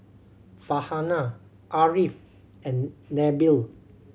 Farhanah Ariff and Nabil